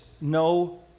no